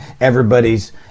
everybody's